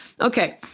Okay